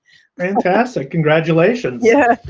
fantastic. congratulations. yeah,